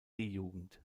jugend